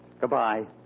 Goodbye